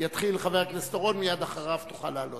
יתחיל חבר הכנסת אורון, ומייד אחריו תוכל לעלות.